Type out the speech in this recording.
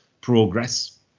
progress